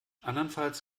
andernfalls